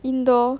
indoor